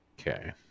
Okay